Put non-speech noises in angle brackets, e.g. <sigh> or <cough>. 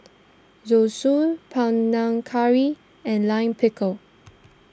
Zosui Panang Curry and Lime Pickle <noise>